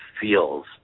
feels